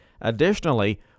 Additionally